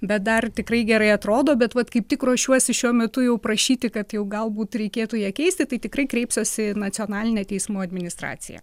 bet dar tikrai gerai atrodo bet vat kaip tik ruošiuosi šiuo metu jau prašyti kad jau galbūt reikėtų ją keisti tai tikrai kreipsiuosi į nacionalinę teismų administraciją